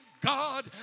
God